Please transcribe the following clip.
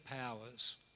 powers